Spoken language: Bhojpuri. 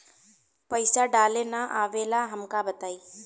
पईसा डाले ना आवेला हमका बताई?